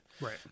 right